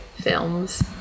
films